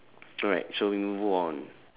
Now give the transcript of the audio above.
so like so we move on